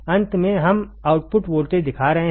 अंत में हम आउटपुट वोल्टेज दिखा रहे हैं